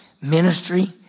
Ministry